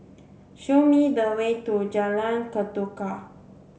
show me the way to Jalan Ketuka